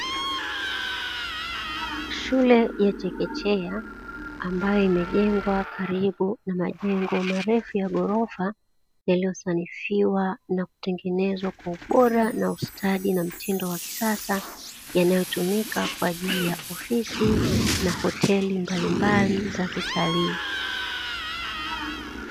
Shule ya chekechea ambayo imejengwa karibu na majengo marefu ya ghorofa yaliyosanifiwa na kutengenezwa kwa ubora na ustadi na mtindo wa kisasa yanayotumika kwa ajili ya ofisi na hoteli mbalimbali za kitalii.